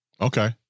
Okay